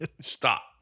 stop